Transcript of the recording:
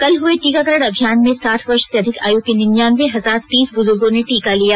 कल हुए टीकाकरण अभियान में साठ वर्ष से अधिक आयु के निन्यानब्बे हजार तीस बुजूर्गों ने टीका लिया